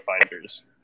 finders